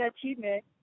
achievement